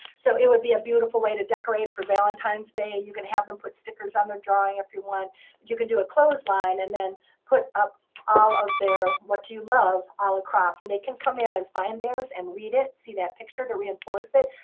so it would be a beautiful way to decorate for valentine's day. you can have them put stickers on their drawing if you want. but you can do a clothesline, and then put up all of their what do you love all across. and they can come in and find theirs, and read it. see that picture to reinforce it.